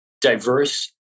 diverse